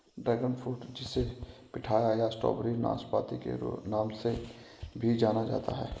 dragon fruit जिसे पिठाया या स्ट्रॉबेरी नाशपाती के नाम से भी जाना जाता है